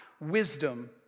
wisdom